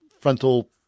frontal